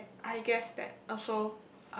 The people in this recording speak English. and I guess that also